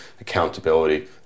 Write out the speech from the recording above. accountability